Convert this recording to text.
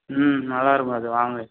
ம் நல்லா இருக்கும் அது வாங்கு